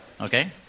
Okay